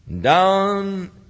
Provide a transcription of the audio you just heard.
down